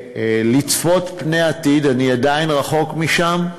לצפות פני העתיד, אני עדיין רחוק משם,